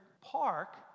park